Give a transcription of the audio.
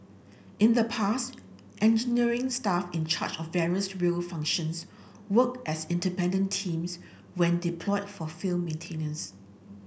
in the past engineering staff in charge of various rail functions worked as independent teams when deployed for field maintenance